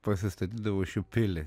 pasistatydavau iš jų pilį